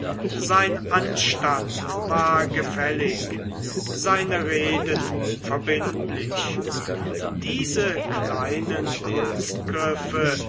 sein anstand war gefällig seine reden verbindlich diese kleinen